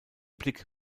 blick